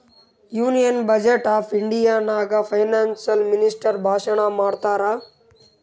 union budget of India ನಾಗ್ financial minister ಭಾಷಣ್ ಮಾಡ್ತಾರ್